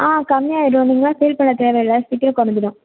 ஆ கம்மியாயிடும் நீங்கலாம் ஃபீல் பண்ண தேவை இல்லை சீக்கிரோம் குறஞ்சிடும்